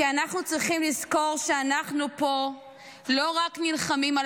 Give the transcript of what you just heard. כי אנחנו צריכים לזכור שאנחנו לא רק נלחמים פה